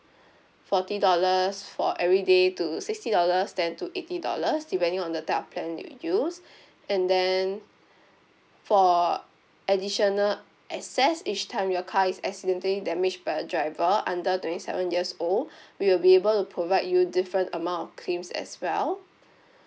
forty dollars for everyday to sixty dollars then to eighty dollars depending on the type of plan you use and then for additional excess each time your car is accidentally damage by a driver under twenty seven years old we will be able to provide you different amount of claims as well